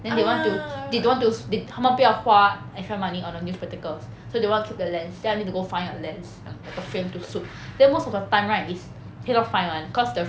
then they want to they don't want to s~ the~ 他们不要花 extra money on a new spectacles so they want to keep the lens then I need to go find a lens ya 那个 frame to suit then most of the time right is cannot find [one] cause the